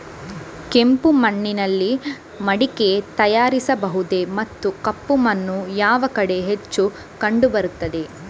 ಕೆಂಪು ಮಣ್ಣಿನಲ್ಲಿ ಮಡಿಕೆ ತಯಾರಿಸಬಹುದೇ ಮತ್ತು ಕಪ್ಪು ಮಣ್ಣು ಯಾವ ಕಡೆ ಹೆಚ್ಚು ಕಂಡುಬರುತ್ತದೆ?